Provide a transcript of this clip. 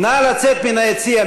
נא לצאת מהיציע.